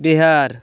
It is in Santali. ᱵᱤᱦᱟᱨ